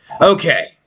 Okay